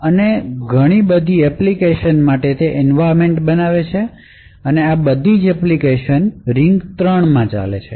અને તે ઘણી બધી એપ્લિકેશન માટે એન્વાયરમેન્ટ બનાવે છે અને આ બધી એપ્લિકેશન રીંગ ૩ માં ચાલે છે